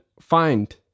find